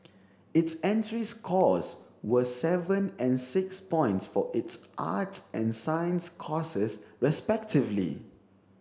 its entry scores were seven and six points for its arts and science courses respectively